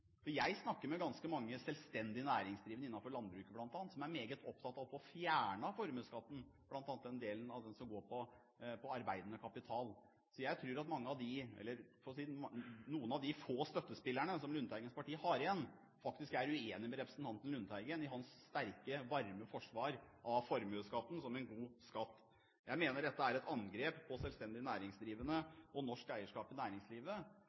For jeg snakker med ganske mange selvstendig næringsdrivende innenfor landbruket bl.a., som er meget opptatt av å få fjernet formuesskatten, bl.a. den delen som går på arbeidende kapital. Jeg tror at mange av dem, eller, for å si det slik, de få støttespillerne som Lundteigens parti har igjen, faktisk er uenig med representanten Lundteigen i hans sterke, varme forsvar av formuesskatten som en god skatt. Jeg mener dette er et angrep på selvstendig næringsdrivende og norsk eierskap i næringslivet.